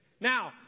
Now